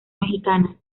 mexicana